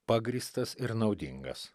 pagrįstas ir naudingas